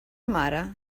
mare